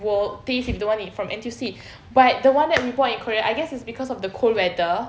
will taste with the one from N_T_U_C but the one that we bought in korea I guess it's cause of the cold weather